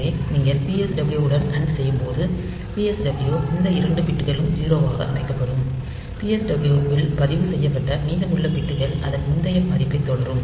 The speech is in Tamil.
எனவே நீங்கள் PSW உடன் அண்ட் செய்யும்போது PSW இந்த இரண்டு பிட்களும் 0 ஆக அமைக்கப்படும் PSW ல் பதிவுசெய்யப்பட்ட மீதமுள்ள பிட்கள் அதன் முந்தைய மதிப்பைத் தொடரும்